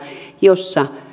jossa